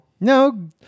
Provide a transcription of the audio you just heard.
No